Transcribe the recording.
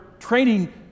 training